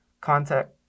Contact